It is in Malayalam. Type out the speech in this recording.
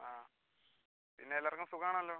ആ പിന്നെ എല്ലാവർക്കും സുഖമാണല്ലൊ